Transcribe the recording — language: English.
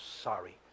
sorry